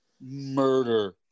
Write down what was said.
Murder